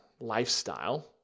lifestyle